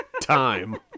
Time